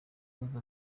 close